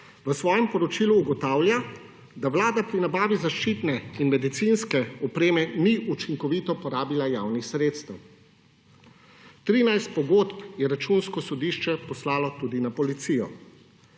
v svojem poročilu ugotavlja, da vlada pri nabavi zaščitne in medicinske opreme ni učinkovito porabila javnih sredstev. 13 pogodb je Računsko sodišče poslalo tudi na policijo.